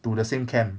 to the same camp